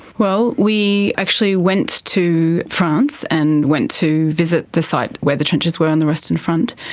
well, we actually went to france and went to visit the site where the trenches were on the western front.